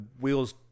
wheels